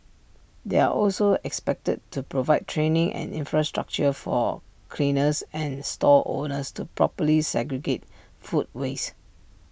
they are also expected to provide training and infrastructure for cleaners and stall holders to properly segregate food waste